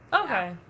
Okay